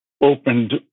opened